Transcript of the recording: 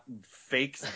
fake